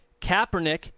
Kaepernick –